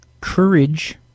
courage